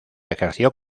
ejerció